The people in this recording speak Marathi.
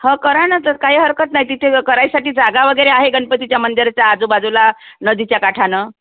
ह करा ना तं काही हरकत नाही तिथे करायसाठी जागा वगैरे आहे गणपतीच्या मंदिराच्या आजूबाजूला नदीच्या काठानं